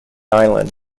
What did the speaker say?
island